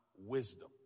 Wisdom